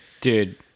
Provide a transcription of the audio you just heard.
Dude